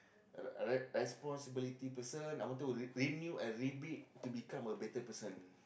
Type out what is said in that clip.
a re~ responsibility person I want to renew and rebuild to become a better person